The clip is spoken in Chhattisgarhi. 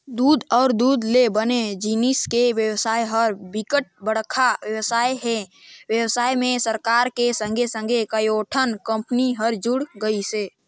दूद अउ दूद ले बने जिनिस के बेवसाय ह बिकट बड़का बेवसाय हे, बेवसाय में सरकार के संघे संघे कयोठन कंपनी हर जुड़ गइसे